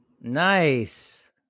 Nice